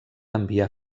enviar